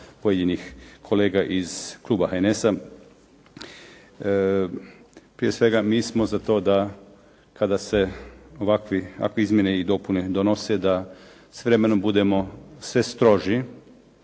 pojedinih kolega iz kluba HNS-a. Prije svega, mi smo za to da kada se ovakve izmjene i dopune donose da s vremenom budemo sve stroži,